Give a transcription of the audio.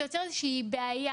זה יוצר איזושהי בעיה,